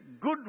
good